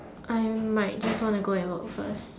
I might just wanna go and work first